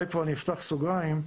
פה אני אפתח סוגריים.